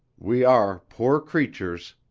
we are poor creatures,